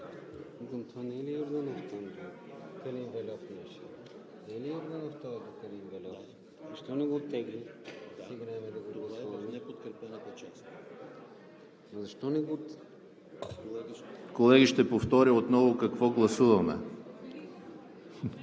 Колеги, ще повторя отново какво гласуваме.